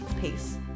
peace